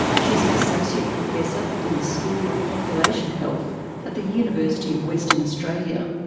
she's an associate professor in the school of population health at the university of western australia.